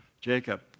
Jacob